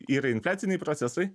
yra infliaciniai procesai